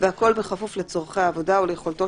והכול בכפוף לצורכי העבודה וליכולתו